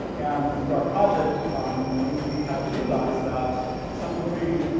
and through our project we have realized that, to some degree,